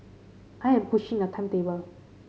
I am pushing a timetable